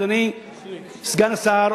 אדוני סגן השר,